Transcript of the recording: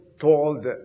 told